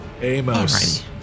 Amos